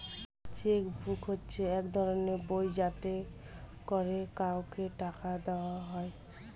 check book হচ্ছে এক ধরনের বই যাতে করে কাউকে টাকা দেওয়া হয়